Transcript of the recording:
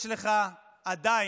יש לך עדיין